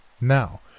Now